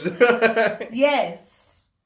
Yes